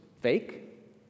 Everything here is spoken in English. fake